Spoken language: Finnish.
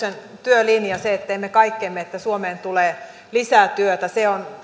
työlinja se että teemme kaikkemme että suomeen tulee lisää työtä on